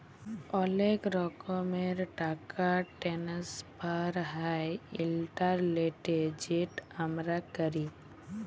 অলেক রকমের টাকা টেনেসফার হ্যয় ইলটারলেটে যেট আমরা ক্যরি